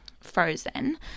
frozen